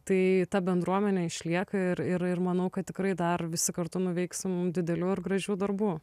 tai ta bendruomenė išlieka ir ir ir manau kad tikrai dar visi kartu nuveiksim didelių ir gražių darbų